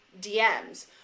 DMs